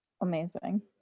Amazing